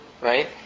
right